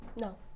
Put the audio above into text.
No